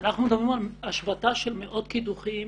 אנחנו מדברים על השבתה של מאות קידוחים